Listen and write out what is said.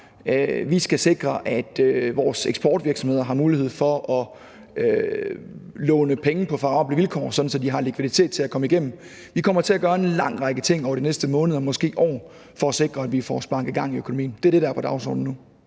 vi skal sikre, at vores eksportvirksomheder har mulighed for at låne penge på favorable vilkår, sådan at de har likviditet til at komme igennem det. Vi kommer til at gøre en lang række ting over de næste måneder, måske år, for at sikre, at vi får sparket gang i økonomien. Det er det, der er på dagsordenen nu.